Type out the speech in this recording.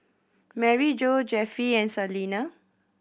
Maryjo Jeffie and Salina